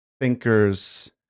thinkers